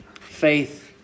faith